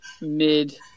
mid